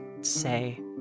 say